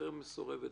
שחרור מסורבות.